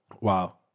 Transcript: Wow